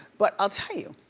but i'll tell you,